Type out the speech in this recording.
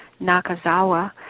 Nakazawa